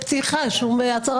הפיכה שיפוטית.